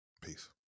Peace